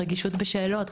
רגישות בשאלות,